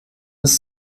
ist